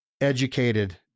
educated